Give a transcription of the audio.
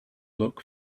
look